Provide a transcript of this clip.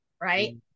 right